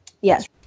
Yes